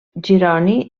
jeroni